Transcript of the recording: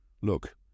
Look